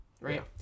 right